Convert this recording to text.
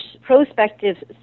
prospective